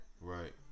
Right